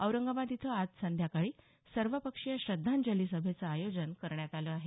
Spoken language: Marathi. औरंगाबाद इथं आज सायंकाळी सर्वपक्षीय श्रद्धांजली सभेचं आयोजन करण्यात आलं आहे